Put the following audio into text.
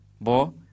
bo